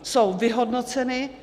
Jsou vyhodnoceny.